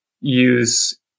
use